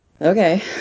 Okay